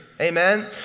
Amen